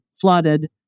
flooded